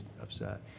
upset